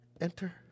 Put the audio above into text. Enter